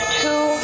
two